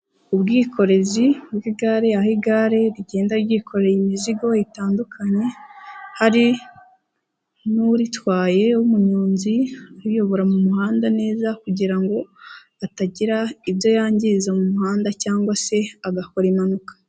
Ubwikorezi bw'igare aho igare rigenda ryikoreye imizigo itandukanye, hari n'uritwaye w'umuyonzi uyobora mu muhanda neza kugira ngo atagira ibyo yangiza mu muhanda cyangwa se agakora impanuka.